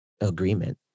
agreement